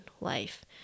life